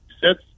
sits